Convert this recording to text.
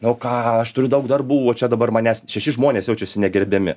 o ką aš turiu daug darbų o čia dabar manęs šeši žmonės jaučiasi negerbiami